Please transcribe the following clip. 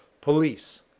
police